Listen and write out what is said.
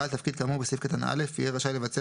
בעל תפקיד כאמור בסעיף קטן (א) יהיה רשאי לבצע